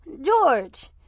George